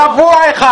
צבוע אחד.